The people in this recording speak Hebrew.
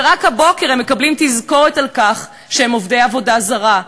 ורק הבוקר הם מקבלים תזכורת על כך שהם עובדי עבודה זרה,